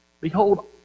behold